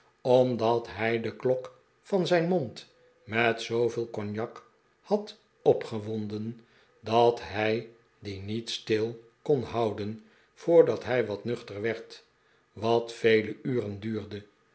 omdat hij de klok van zijn mond met zooveel cognac had opgewonden dat hij die niet kon stilhouden voordat hij wat nuchter werd wat vele uren duurde